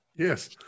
Yes